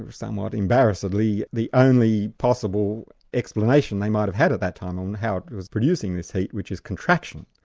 ah somewhat embarrassedly, the only possible explanation they might have had at that time on how it was producing this heat, which is contraction.